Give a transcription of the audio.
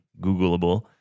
Googleable